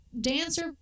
Dancer